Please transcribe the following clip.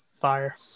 Fire